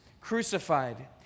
crucified